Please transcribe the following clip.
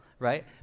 right